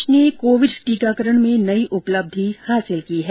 देश ने कोविड टीकाकरण में नई उपलब्धि हासिल की है